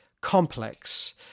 complex